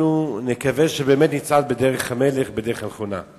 נקווה שבאמת נצעד בדרך המלך, בדרך הנכונה.